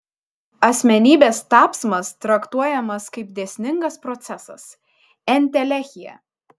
asmenybės tapsmas traktuojamas kaip dėsningas procesas entelechija